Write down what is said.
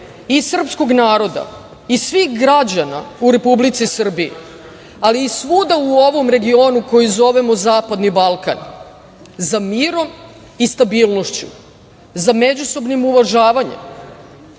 i srpskog naroda i svih građana u Republici Srbiji, ali i svuda u ovom regionu koji zovemo zapadni Balkan, za mirom i stabilnošću, za međusobnim uvažavanjem,